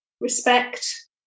respect